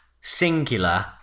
singular